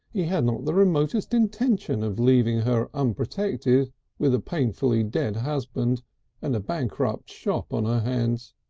he had not the remotest intention of leaving her unprotected with a painfully dead husband and a bankrupt shop on her hands.